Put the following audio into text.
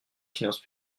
finances